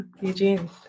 eugene